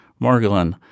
Margolin